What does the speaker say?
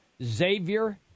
Xavier